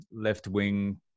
left-wing